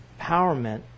empowerment